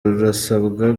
rurasabwa